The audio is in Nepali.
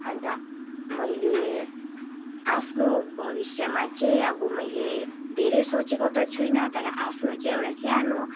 अन्त मैले आफ्नो भविष्यमा चाहिँ अब मैले धेरै सोचेको त छुइनँ तर आफ्नो चाहिँ एउटा सानो